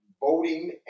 voting